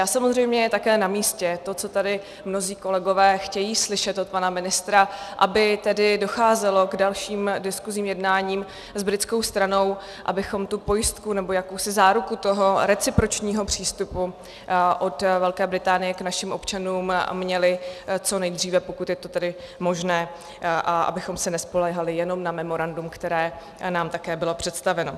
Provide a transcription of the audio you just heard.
A samozřejmě je také namístě to, co tady mnozí kolegové chtějí slyšet od pana ministra, aby tedy docházelo k dalším diskuzím, jednáním s britskou stranou, abychom tu pojistku, nebo jakousi záruku toho recipročního přístupu od Velké Británie k našim občanům, měli co nejdříve, pokud je to tedy možné, a abychom se nespoléhali jenom na memorandum, které nám také bylo představeno.